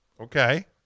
okay